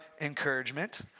encouragement